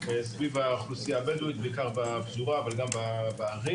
סביב האוכלוסייה הבדואית גם בפזורה וגם בערים,